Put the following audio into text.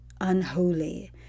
unholy